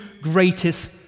greatest